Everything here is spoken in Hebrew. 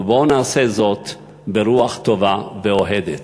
אז בואו נעשה זאת ברוח טובה ואוהדת.